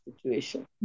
situation